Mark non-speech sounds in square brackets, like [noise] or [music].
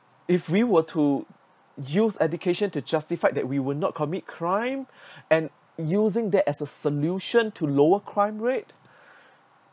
if we were to use education to justify that we will not commit crime [breath] and using that as a solution to lower crime rate